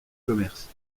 commerce